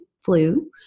flu